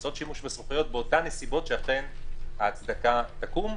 לעשות שימוש בסמכויות באותן נסיבות שאכן ההצדקה להן תקום.